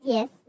Yes